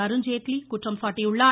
அருண்ஜேட்லி குற்றம் சாட்டியுள்ளார்